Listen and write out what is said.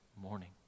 morning